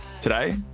Today